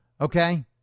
okay